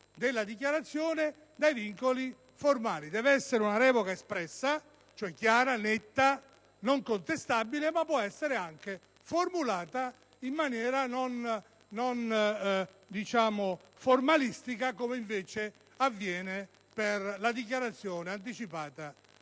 della dichiarazione dai vincoli formali. Dev'essere una revoca espressa, chiara, netta, non contestabile, ma può essere anche formulata in maniera non formalistica come, invece, avviene per la dichiarazione anticipata